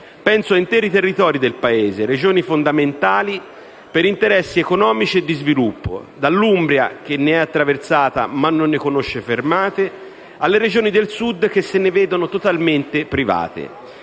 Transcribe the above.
Penso a interi territori del Paese, Regioni fondamentali per interessi economici e di sviluppo: dall'Umbria che ne è attraversata ma non ne conosce fermate alle Regioni del Sud che se ne vedono totalmente private.